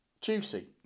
juicy